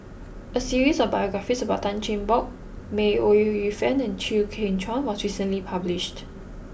a series of biographies about Tan Cheng Bock May Ooi Yu Fen and Chew Kheng Chuan was recently published